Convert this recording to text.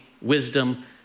wisdom